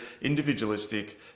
individualistic